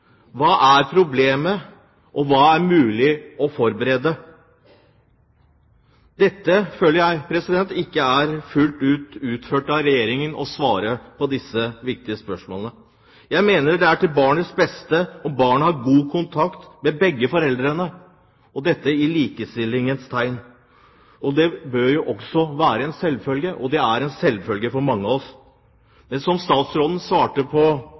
Hva er barnets beste? Hva er barnets rettigheter? Hva er problemet, og hva er det mulig å forbedre? Jeg føler at Regjeringen ikke fullt ut har svart på disse viktige spørsmålene. Jeg mener det er til barnets beste om barnet har god kontakt med begge foreldrene, i likestillingens tegn. Det bør jo også være en selvfølge, og det er en selvfølge for mange av oss. Men som statsråden